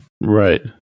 Right